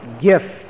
gift